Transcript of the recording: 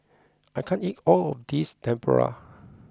I can't eat all of this Tempura